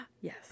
Yes